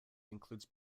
includes